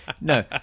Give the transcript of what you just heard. No